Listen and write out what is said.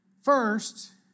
First